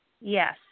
Yes